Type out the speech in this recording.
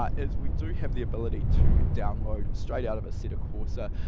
um is we do have the ability to download straight out of assetto corsa,